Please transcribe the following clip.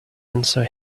answer